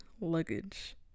luggage